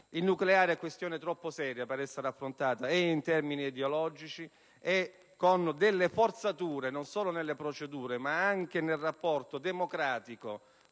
Il nucleare è questione troppo seria per essere affrontata in termini ideologici e con forzature non solo nelle procedure, ma anche nel rapporto democratico